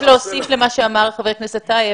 רק להוסיף למה שאמר חבר הכנסת טייב.